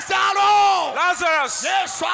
Lazarus